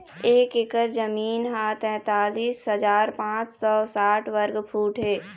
एक एकर जमीन ह तैंतालिस हजार पांच सौ साठ वर्ग फुट हे